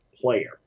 player